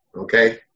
okay